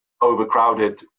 overcrowded